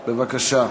בבקשה,